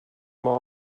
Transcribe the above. more